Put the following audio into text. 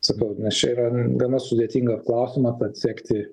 sakau nes čia yra gana sudėtingas klausimas atsekti